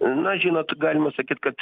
na žinot galima sakyt kad